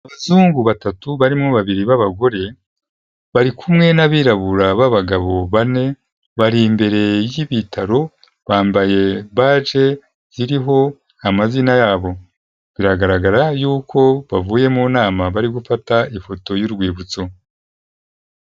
Abazuhungu batatu barimo babiri b'abagore, bari kumwe n'abirabura b'abagabo bane, bari imbere y'ibitaro, bambaye baje iriho amazina yabo, biragaragara yuko bavuye mu nama, bari gufata ifoto y'urwibutso.